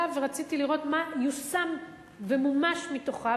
ורציתי לראות מה יושם ומומש מתוכה.